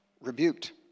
rebuked